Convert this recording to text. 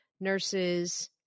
nurses